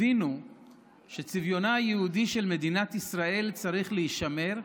הבינו שצביונה היהודי של מדינת ישראל צריך להישמר,